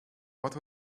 what